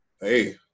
hey